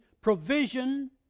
provision